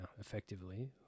effectively